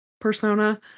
persona